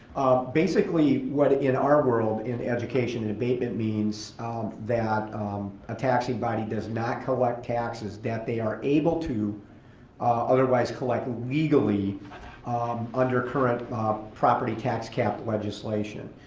basically, what in our world in education, an and abatement means that a taxing body does not collect taxes that they are able to otherwise collect legally under current property tax cap legislation.